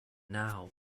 now